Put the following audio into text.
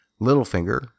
Littlefinger